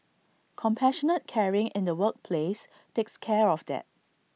compassionate caring in the workplace takes care of that